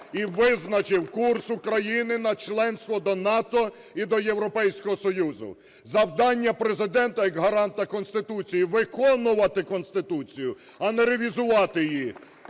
і визначив курс України на членство до НАТО і до Європейського Союзу. Завдання Президента як гаранта Конституції - виконувати Конституцію, а не ревізувати її.